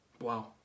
Wow